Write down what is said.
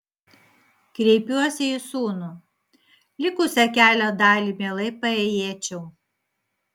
kreipiuosi į sūnų likusią kelio dalį mielai paėjėčiau